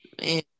Man